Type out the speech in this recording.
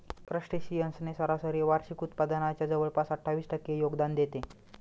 crustaceans ने सरासरी वार्षिक उत्पादनाच्या जवळपास अठ्ठावीस टक्के योगदान देते